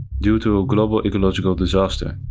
due to a global ecological disaster,